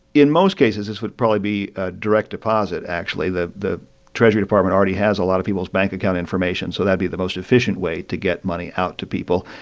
in most cases, this would probably be a direct deposit, actually. the the treasury department already has a lot of people's bank account information, so be the most efficient way to get money out to people.